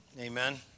Amen